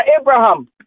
Abraham